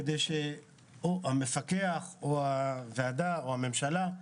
כדי שהמפקח או הוועדה או הממשלה,